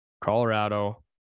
Colorado